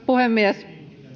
puhemies